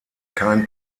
kein